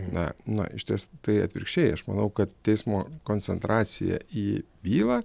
na na išties tai atvirkščiai aš manau kad teismo koncentracija į bylą